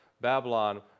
babylon